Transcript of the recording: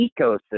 ecosystem